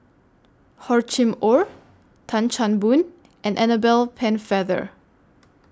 Hor Chim Or Tan Chan Boon and Annabel Pennefather